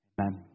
Amen